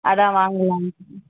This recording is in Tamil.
அதுதான் வாங்கலாம்ன்ட்டு ம்